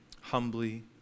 humbly